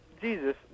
Jesus